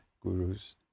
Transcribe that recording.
gurus